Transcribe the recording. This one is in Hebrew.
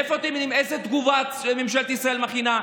מאיפה אתם יודעים איזו תגובה ממשלת ישראל מכינה?